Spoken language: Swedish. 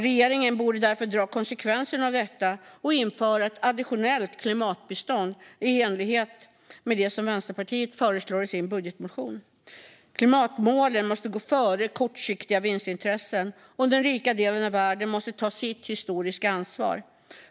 Regeringen borde därför dra konsekvenser av det och införa ett additionellt klimatbistånd i enlighet med det Vänsterpartiet föreslår i sin budgetmotion. Klimatmålen måste gå före kortsiktiga vinstintressen, och den rika delen av världen måste ta sitt historiska ansvar.